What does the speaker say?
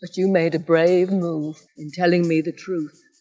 you made a brave move in telling me the truth.